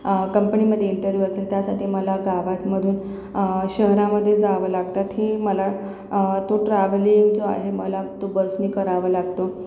कंपणीमध्ये interview असेल त्यासाठी मला गावातमधून शहरामध्ये जावं लागतं थे मला तो ट्रैवलींग जो आहे मला तो बसने करावा लागतो